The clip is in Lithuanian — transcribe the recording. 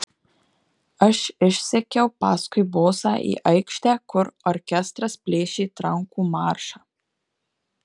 aš išsekiau paskui bosą į aikštę kur orkestras plėšė trankų maršą